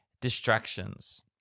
Distractions